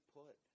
put